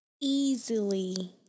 Easily